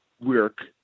work